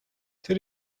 тэр